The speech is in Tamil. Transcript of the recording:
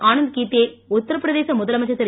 ஆனந்து கீத்தே உத்திரப்பிரதேச முதலமைச்சர் திரு